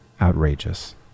outrageous